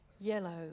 Yellow